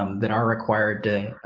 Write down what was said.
um that are required to,